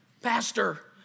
pastor